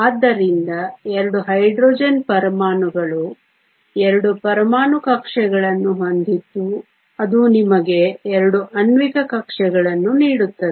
ಆದ್ದರಿಂದ 2 ಹೈಡ್ರೋಜನ್ ಪರಮಾಣುಗಳು 2 ಪರಮಾಣು ಕಕ್ಷೆಗಳನ್ನು ಹೊಂದಿದ್ದು ಅದು ನಿಮಗೆ 2 ಆಣ್ವಿಕ ಕಕ್ಷೆಗಳನ್ನು ನೀಡುತ್ತದೆ